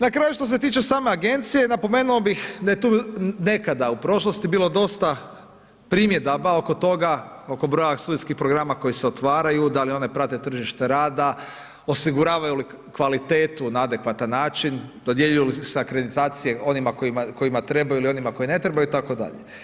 Na kraju što se tiče same agencije napomenuo bih da je tu nekada u prošlosti bilo dosta primjedaba oko toga, oko broja studentskih programa koji se otvaraju, da li one prate tržište rada, osiguravaju li kvalitetu na adekvatan način, dodjeljuju se akreditacije onima kojima trebaju ili onima koje ne trebaju itd.